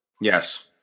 yes